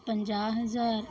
ਪੰਜਾਹ ਹਜ਼ਾਰ